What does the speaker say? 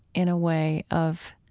in a way, of